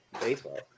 Baseball